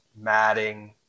Matting